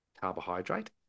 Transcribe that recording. carbohydrate